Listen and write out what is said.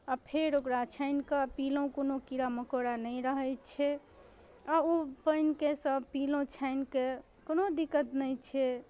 आ फेर ओकरा छानि कऽ पीलहुँ कोनो कीड़ा मकोड़ा नहि रहै छै आ ओ पानिके सभ पीलहुँ छानि कऽ कोनो दिक्कत नहि छै